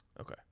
okay